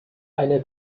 eine